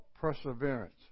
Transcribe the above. perseverance